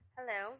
Hello